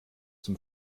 zum